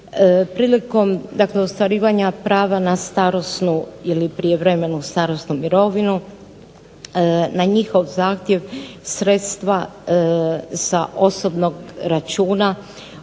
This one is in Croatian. Prilikom dakle ostvarivanja prava na starosnu ili prijevremenu starosnu mirovinu na njihov zahtjev sredstva sa osobnog računa